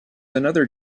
another